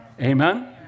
Amen